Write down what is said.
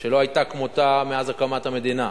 שלא היתה כמותה מאז הקמת המדינה,